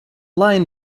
lyon